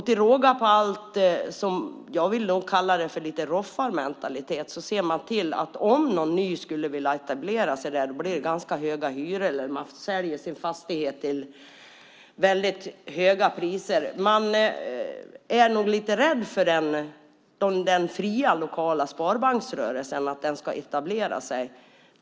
Till råga på allt, och jag vill nog kalla det för roffarmentalitet, ser man till att om någon ny skulle vilja etablera sig där blir det ganska höga hyror eller så säljer man fastigheten till väldigt höga priser. Man är nog lite rädd för att den fria lokala sparbanksrörelsen ska etablera sig.